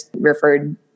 referred